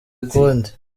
ukundi